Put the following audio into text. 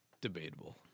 Debatable